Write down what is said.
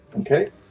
okay